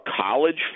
college